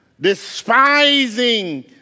despising